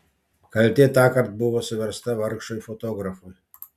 kaltė tąkart buvo suversta vargšui fotografui